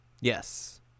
Yes